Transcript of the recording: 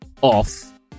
Off